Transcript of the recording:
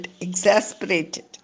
exasperated